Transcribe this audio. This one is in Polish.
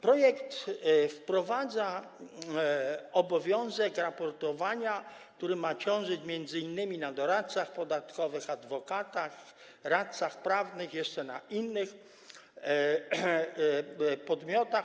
Projekt wprowadza obowiązek raportowania, który ma ciążyć m.in. na doradcach podatkowych, adwokatach, radcach prawnych, jeszcze na innych podmiotach.